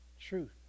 truth